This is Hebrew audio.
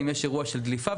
אירוע של דליפה,